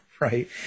right